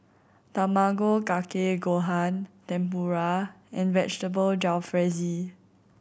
Tamago Kake Gohan Tempura and Vegetable Jalfrezi